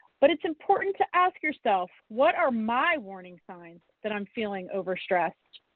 but it's important to ask yourself, what are my warning signs that i'm feeling overstressed?